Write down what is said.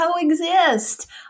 coexist